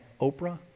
Oprah